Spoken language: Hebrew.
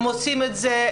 הם עושים את זה,